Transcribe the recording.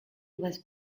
was